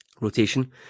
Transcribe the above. rotation